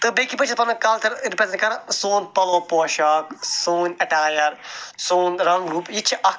تہٕ بیٚیہِ کِتھ پٲٹھۍ چھِ أسی پَنُن کَلچَر رِپرٛزیٚنٛٹ کران سون پَلو پوشاک سٲنۍ ایٚٹایِر سون رَنٛگ روٗپ یِہِ تہِ چھِ اَکھ